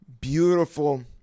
beautiful